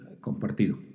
compartido